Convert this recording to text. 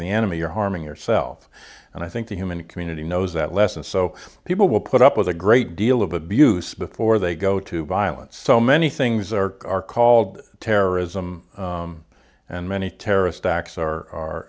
the enemy you're harming yourself and i think the human community knows that lesson so people will put up with a great deal of abuse before they go to bylane so many things are are called terrorism and many terrorist acts are